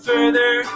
further